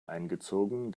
eingezogen